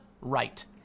right